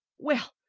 well,